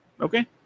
okay